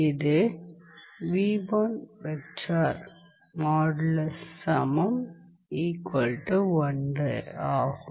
இது ஆகும்